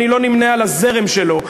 אני לא נמנה על הזרם שלו,